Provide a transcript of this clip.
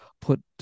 put